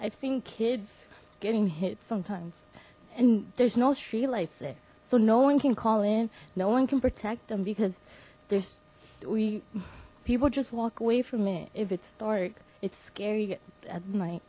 i've seen kids getting hit sometimes and there's no streetlights it so no one can call in no one can protect them because there's we people just walk away from me if it's dark it's scary at night